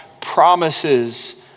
promises